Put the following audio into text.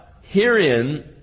herein